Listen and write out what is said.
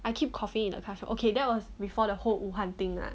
I keep coughing in the class okay that was before the whole 武汉 thing lah